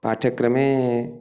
पाठ्यक्रमे